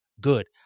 good